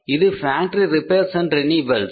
இது factory repairs and renewals